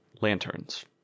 lanterns